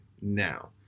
now